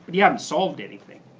but you haven't solved anything.